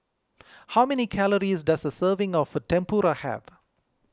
how many calories does a serving of Tempura have